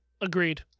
Agreed